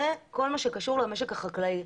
זה כל מה שקשור למשק החקלאי.